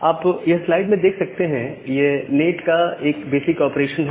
आप यह स्लाइड में देख सकते हैं ये नैट का बेसिक ऑपरेशन है